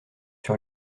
sur